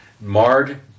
marred